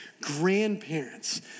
grandparents